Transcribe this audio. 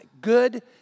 good